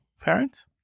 parents